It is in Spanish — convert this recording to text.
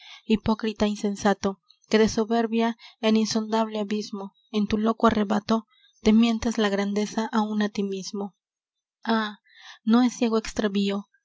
hipócrita insensato que de soberbia en insondable abismo en tu loco arrebato te mientes la grandeza áun á tí mismo ah no es ciego extravío